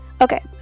Okay